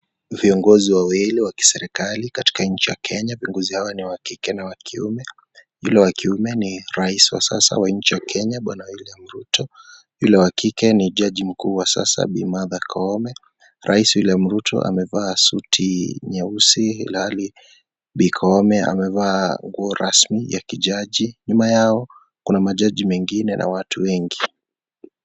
Viongozi wawili wakiserikali katika nchi ya Kenya. Viongozi hawa ni wa kike na wa kiume. Yule wa kiume ni rais wa sasa wa nchi ya Kenya Bwana William Ruto, yule wa kike ni jaji mkuu wa sasa Bii Martha Koome. Rais William Ruto amevaa suti nyeusi ilhali Bii Koome amevaa nguo rasmi ya kijaji. Nyuma yao kuna majaji mengine na watu wengi.